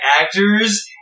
actors